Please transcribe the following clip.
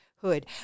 hood